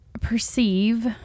perceive